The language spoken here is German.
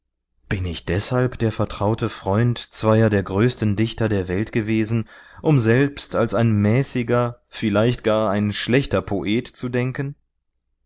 bin ich deshalb der vertraute freund zweier der größten dichter der welt gewesen um selbst als ein mäßiger vielleicht gar ein schlechter poet zu denken